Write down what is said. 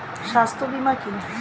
স্বাস্থ্য বীমা কি?